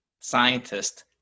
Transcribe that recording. scientist